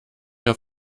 auf